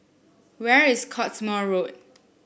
where is Cottesmore Road